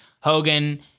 Hogan